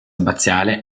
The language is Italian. abbaziale